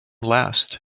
last